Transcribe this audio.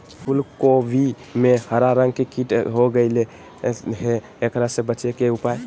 फूल कोबी में हरा रंग के कीट हो गेलै हैं, एकरा से बचे के उपाय?